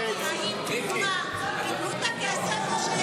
זאת תרבות הדיבור בפרלמנט על פי יש עתיד.